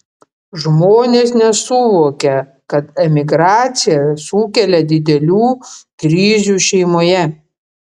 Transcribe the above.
žmonės nesuvokia kad emigracija sukelia didelių krizių šeimoje